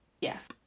Yes